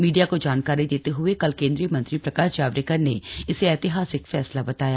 media को जानकारी देते ह्ए कल केंद्रीय मंत्री प्रकाश जावड़ेकर ने इसे ऐतिहासिक फैसला बताया